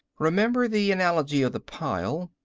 remember the analogy of the pile.